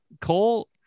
Cole